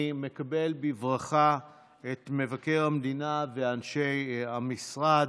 אני מקבל בברכה את מבקר המדינה ואת אנשי המשרד.